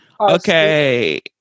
Okay